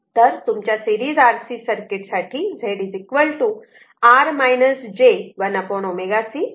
तर तुमच्या series RC circuit साठी Z R j 1 ωc असा आहे